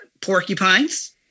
porcupines